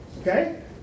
Okay